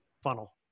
funnel